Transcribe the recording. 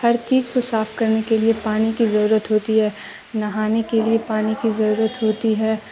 ہر چیز کو صاف کرنے کے لیے پانی کی ضرورت ہوتی ہے نہانے کے لیے پانی کی ضرورت ہوتی ہے